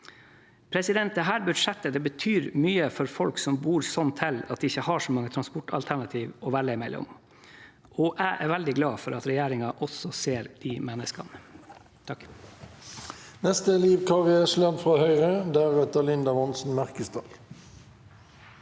kortbanenettet. Dette budsjettet betyr mye for folk som bor slik til at de ikke har så mange transportalternativ å velge imellom, og jeg er veldig glad for at regjeringen også ser de menneskene. Liv